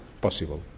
possible